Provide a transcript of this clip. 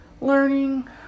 learning